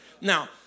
Now